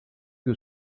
que